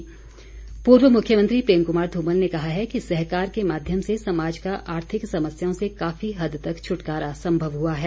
धुमल पूर्व मुख्यमंत्री प्रेम कुमार धूमल ने कहा है कि सहकार के माध्यम से समाज का आर्थिक समस्याओं से काफी हद तक छुटकारा संभव हुआ है